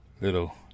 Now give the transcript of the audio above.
little